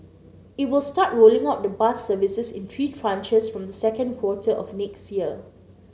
it will start rolling out the bus services in three tranches from the second quarter of next year